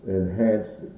enhanced